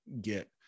get